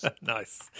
nice